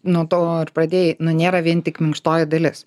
nuo to ir pradėjai nu nėra vien tik minkštoji dalis